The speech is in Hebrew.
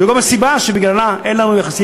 זו גם הסיבה שבגללה אין לנו יחסים